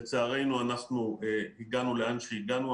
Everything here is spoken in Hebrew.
לצערנו, הגענו לאן שהגענו.